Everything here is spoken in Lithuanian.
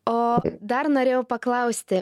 o dar norėjau paklausti